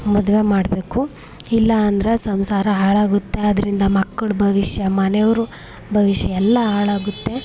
ಮದುವೆ ಮಾಡಬೇಕು ಇಲ್ಲ ಅಂದ್ರೆ ಸಂಸಾರ ಹಾಳಾಗುತ್ತೆ ಅದರಿಂದ ಮಕ್ಳಳ ಭವಿಷ್ಯ ಮನೆಯವರ ಭವಿಷ್ಯ ಎಲ್ಲ ಹಾಳಾಗುತ್ತೆ